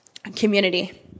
Community